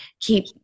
keep